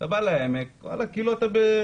אתה בא לעמק וואלה, כאילו אתה בעבר.